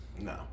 No